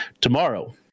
tomorrow